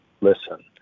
listen